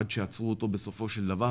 עד שעצרו אותו בסופו של דבר,